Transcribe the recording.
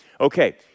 Okay